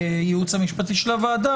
הייעוץ המשפטי של הוועדה,